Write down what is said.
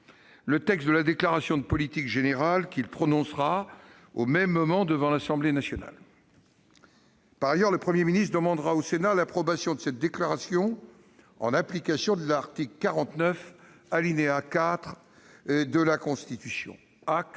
le texte de la déclaration de politique générale qu'il prononcera au même moment devant l'Assemblée nationale. Par ailleurs, le Premier ministre demandera au Sénat l'approbation de cette déclaration en application de l'article 49, alinéa 4, de la Constitution. Acte